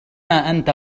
أنت